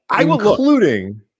including